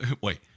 Wait